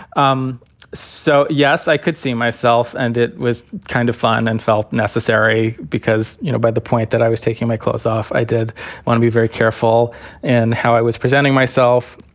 um so, yes, i could see myself. and it was kind of fun and felt necessary because, you know, by the point that i was taking my clothes off, i did want to be very careful in how i was presenting myself.